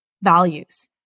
values